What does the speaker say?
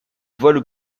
voit